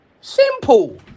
Simple